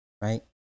right